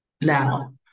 now